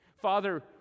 Father